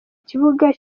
kibuga